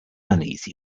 uneasy